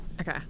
Okay